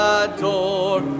adore